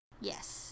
Yes